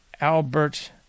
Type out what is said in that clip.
Albert